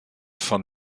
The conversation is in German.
von